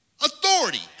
authority